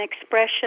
expression